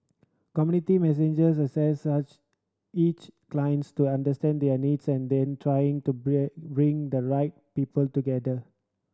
community messengers assess each clients to understand their needs and then trying to bring the right people together